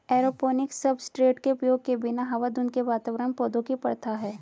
aeroponics substrate के उपयोग के बिना हवा धुंध के वातावरण पौधों की प्रथा है